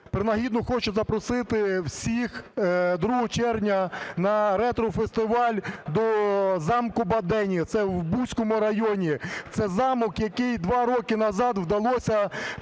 хочу запросити всіх 2 червня на ретро-фестиваль до замку Бадені, це у Буському районі. Це замок, який два роки назад вдалося